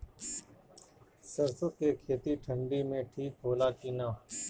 सरसो के खेती ठंडी में ठिक होला कि ना?